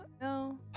No